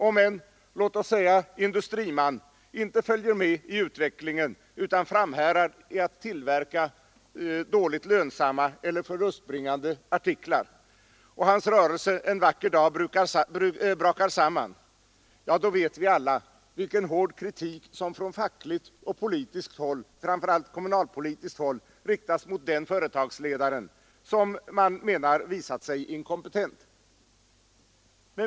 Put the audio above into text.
Om en låt oss säga industriman inte följer med i utvecklingen utan framhärdar i att tillverka dåligt lönsamma eller förlustbringande artiklar, och hans rörelse en vacker dag brakar samman, ja, då vet vi alla vilken hård kritik som från fackligt och politiskt, framför allt kommunalpolitiskt håll, riktas mot den företagsledare som man menar visat sig inkompetent.